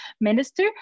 minister